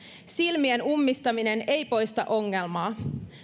silmien ummistaminen ei poista ongelmaa